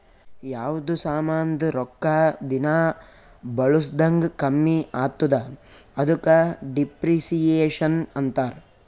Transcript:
ಯಾವ್ದು ಸಾಮಾಂದ್ ರೊಕ್ಕಾ ದಿನಾ ಬಳುಸ್ದಂಗ್ ಕಮ್ಮಿ ಆತ್ತುದ ಅದುಕ ಡಿಪ್ರಿಸಿಯೇಷನ್ ಅಂತಾರ್